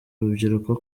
rubyiruko